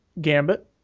Gambit